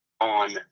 on